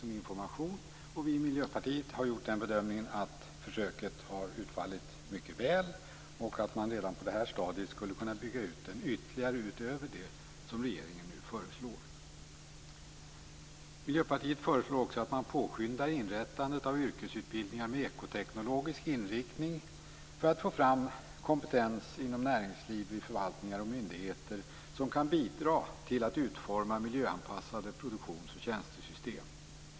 Vi i Miljöpartiet har gjort bedömningen att försöket har utfallit mycket väl, och att man redan på det här stadiet skulle kunna bygga ut den ytterligare utöver det som regeringen föreslår. Vi i Miljöpartiet föreslår också att man påskyndar inrättandet av yrkesutbildningar med ekoteknologisk inriktning för att få fram kompetens inom näringsliv, i förvaltningar och myndigheter som kan bidra till att utforma miljöanpassade produktions och tjänstesystem.